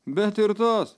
bet ir tos